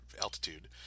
altitude